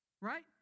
right